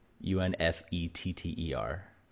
u-n-f-e-t-t-e-r